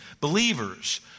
Believers